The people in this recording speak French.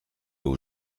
aux